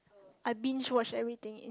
I binge watch everything